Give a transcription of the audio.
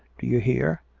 do you hear?